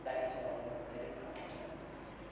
bike चलाउनु धेरै नै राम्रो हुन्छ